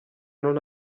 non